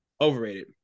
overrated